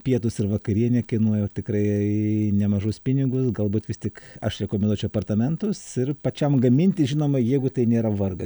pietūs ir vakarienė kainuoja tikrai nemažus pinigus galbūt vis tik aš rekomenduočiau apartamentus ir pačiam gaminti žinoma jeigu tai nėra vargas